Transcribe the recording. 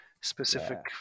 specific